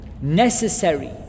necessary